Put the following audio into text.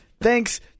thanks